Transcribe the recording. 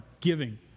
giving